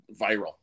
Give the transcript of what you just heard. viral